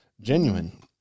genuine